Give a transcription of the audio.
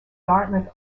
dartmouth